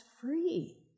free